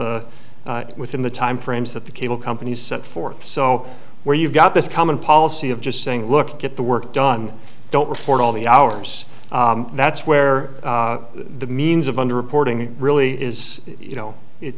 within the time frames that the cable companies set forth so where you've got this common policy of just saying look get the work done don't report all the hours that's where the means of underreporting it really is you know